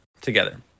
together